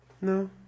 no